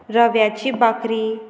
रव्याची भाकरी